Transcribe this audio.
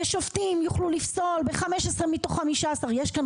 ושופטים יוכלו לפסול ב- 15 מתוך 15. יש כאן